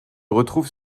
retrouve